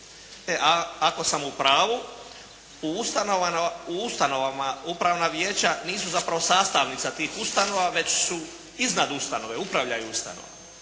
ako sam u pravu. U ustanovama upravna vijeća nisu zapravo sastavnica tih ustanova već su iznad ustanove, upravljaju ustanovama.